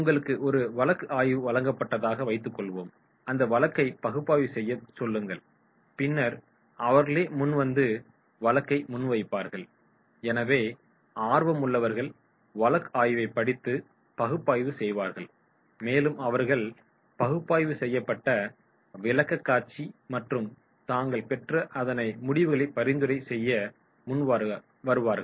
உங்களுக்கு ஒரு வழக்கு ஆய்வு வழங்கப்பட்டதாக வைத்துக்கொள்வோம் அந்த வழக்கை பகுப்பாய்வு செய்யச் சொல்லுங்கள் பின்னர் அவர்களே முன் வந்து வழக்கை முன்வைப்பார்கள் எனவே ஆர்வமுள்ளவர்கள் வழக்கு ஆய்வைப் படித்து பகுப்பாய்வு செய்வார்கள் மேலும் அவர்கள் பகுப்பாய்வு செய்யப்பட்ட விளக்கக்காட்சி மற்றும் தாங்கள் பெற்ற அதன் முடிவுகளை பரிந்துரை செய்ய முன்வருவார்கள்